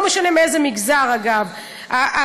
לא משנה מאיזה מגזר: ערביות,